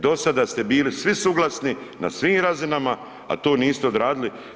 Do sada ste bili svi suglasni na svim razinama, a to niste odradili.